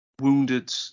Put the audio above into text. wounded